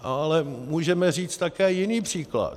Ale můžeme říct také jiný příklad.